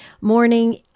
morning